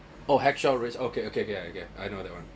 oh hacksaw ridge okay okay okay okay I get I know that one